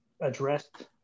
addressed